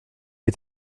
est